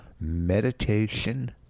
meditation